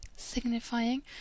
Signifying